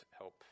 help